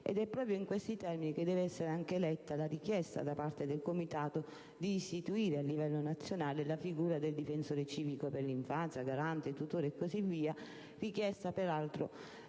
È proprio in questi termini che deve essere anche letta la richiesta da parte del comitato di istituire a livello nazionale la figura del difensore civico per l'infanzia (garante, tutore, eccetera), richiesta peraltro